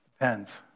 Depends